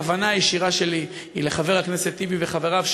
הכוונה הישירה שלי היא לחבר הכנסת טיבי וחבריו,